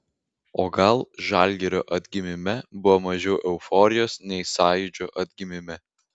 o gal žalgirio atgimime buvo mažiau euforijos nei sąjūdžio atgimime